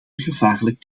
gevaarlijk